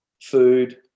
food